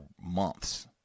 months